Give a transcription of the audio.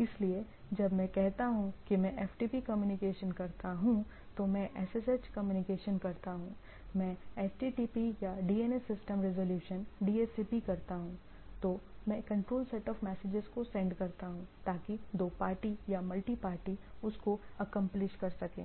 इसलिए जब में कहता हूं कि में FTP कम्युनिकेशन करता हूं तो मैं SSH कम्युनिकेशन करता हूं मैं HTTP या DNS सिस्टम रिज़ॉल्यूशन DHCP करता हूं तो मैं कंट्रोल सेट ऑफ मैसेजेस को सेंड करता हूं ताकि दो पार्टी या मल्टीपार्टी उसको अकांप्लिश कर सके